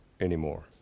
anymore